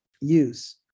use